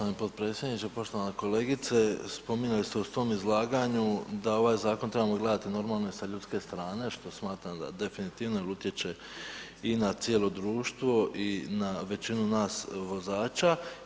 Hvala poštovani potpredsjedniče, poštovana kolegice spominjali ste u svom izlaganju da ovaj zakon trebamo gledati normalno i sa ljudske strane, što smatram da definitivno jer utječe i na cijelo društvo i na većinu nas vozača.